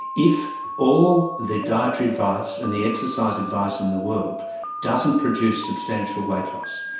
if all the dietary advice and the exercise advice in the world doesn't produce substantial weight loss,